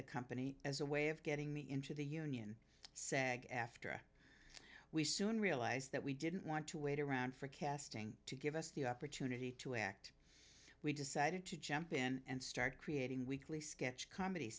the company as a way of getting me into the union sag aftra we soon realized that we didn't want to wait around for casting to give us the opportunity to act we decided to jump in and start creating weekly sketch comedy